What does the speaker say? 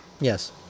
Yes